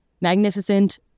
magnificent